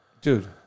Dude